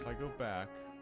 like go back